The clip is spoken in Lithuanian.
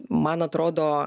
man atrodo